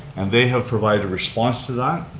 and they have provided a response to that,